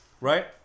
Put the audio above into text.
Right